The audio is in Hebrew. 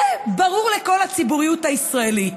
זה ברור לכל הציבוריות הישראלית.